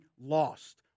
lost